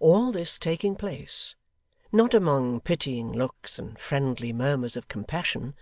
all this taking place not among pitying looks and friendly murmurs of compassion,